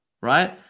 right